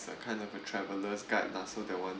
kind of a traveller's guide lah so that one